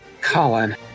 Colin